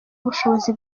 ubushobozi